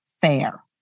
fair